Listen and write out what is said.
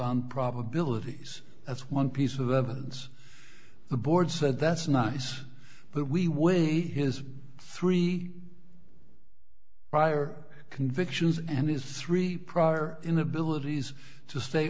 on probabilities that's one piece of evidence the board said that's nice but we will his three prior convictions and his three prior inabilities to stay